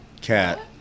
Cat